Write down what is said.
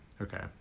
Okay